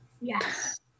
Yes